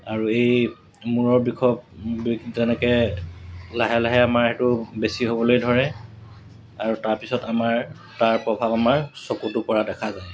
আৰু এই মূৰৰ বিষক বিষ যেনেকৈ লাহে লাহে আমাৰ সেইটো বেছি হ'বলৈ ধৰে আৰু তাৰপিছত আমাৰ তাৰ প্ৰভাৱ আমাৰ চকুতো পৰা দেখা যায়